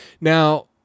Now